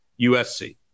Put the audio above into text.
USC